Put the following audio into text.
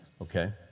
Okay